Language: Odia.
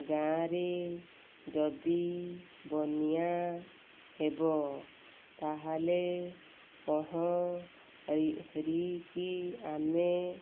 ଗାଁରେ ଯଦି ବନ୍ୟା ହେବ ତା'ହେଲେ ପହଁରିକି ଆମେ